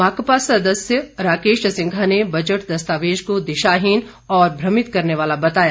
माकपा सदस्य राकेश सिंघा ने बजट दस्तावेज को दिशाहीन और भ्रमित करने वाला बताया